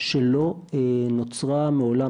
שלא נוצרה מעולם.